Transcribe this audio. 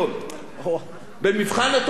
במבחן התוצאה,